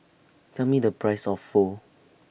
Tell Me The Price of Pho